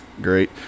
great